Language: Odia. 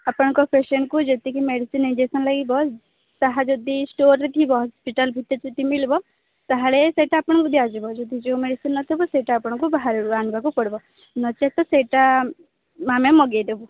ଆପଣଙ୍କ ପେସେଣ୍ଟକୁ ଯେତିକି ମେଡ଼ିସିନ୍ ଇଞ୍ଜେକ୍ସନ୍ ଲାଗିବ ତାହା ଯଦି ଷ୍ଟୋରରେ ଥିବ ହସ୍ପିଟାଲ୍ ଭିତରେ ଯଦି ମିଳିବ ତାହେଲେ ସେଇଟା ଆପଣଙ୍କୁ ଦିଆଯିବ ଯଦି ଯେଉଁ ମେଡ଼ିସିନ୍ ନଥିବ ସେଇଟା ଆପଣଙ୍କୁ ବାହାରରୁ ଆଣିବାକୁ ପଡ଼ିବ ନଚେତ ସେଇଟା ଆମେ ମଗାଇଦବୁ